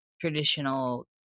traditional